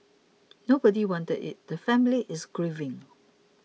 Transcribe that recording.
nobody wanted it the family is grieving